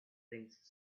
rings